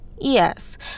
Yes